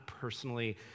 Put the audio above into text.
personally